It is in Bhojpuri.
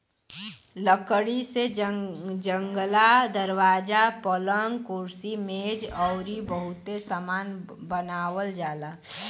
लकड़ी से जंगला, दरवाजा, पलंग, कुर्सी मेज अउरी बहुते सामान बनावल जाला